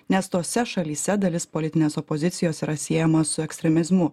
nes tose šalyse dalis politinės opozicijos yra siejama su ekstremizmu